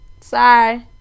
Sorry